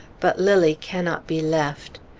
but lilly cannot be left.